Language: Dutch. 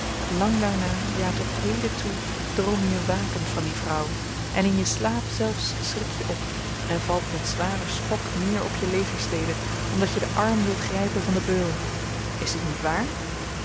kanarievogeltje lang daarna ja tot heden toe droom je wakend van die vrouw en in je slaap zelfs schrik je op en valt met zwaren schok neer op je legerstede omdat je den arm wilt grypen van den beul is dit niet waar